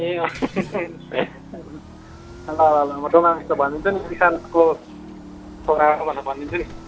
ए अँ ल ल ल डोमा मिसलाई भन्दिन्छु नि इशान्तको छोरा हो भनेर भन्दिन्छु नि